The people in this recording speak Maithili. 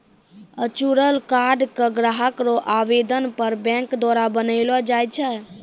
वर्चुअल कार्ड के ग्राहक रो आवेदन पर बैंक द्वारा बनैलो जाय छै